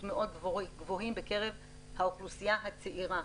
מאוד גבוהים בקרב האוכלוסייה הצעירה,